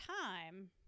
time